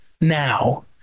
Now